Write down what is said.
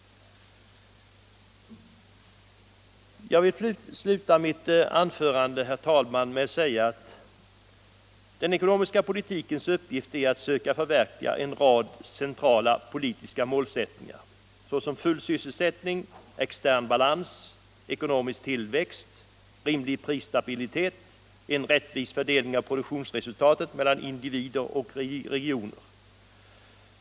Jag vill sluta mitt anförande, herr talman, med att säga att den ekonomiska politikens uppgift är att söka förverkliga en rad centrala politiska målsättningar, såsom full sysselsättning, extern balans, ekonomisk tillväxt, rimlig prisstabilitet, en rättvis fördelning av produktionsresultatet mellan individer och regioner.